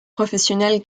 professionnel